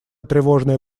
тревожное